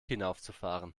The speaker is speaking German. hinaufzufahren